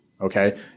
Okay